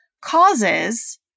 causes